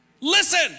Listen